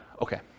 okay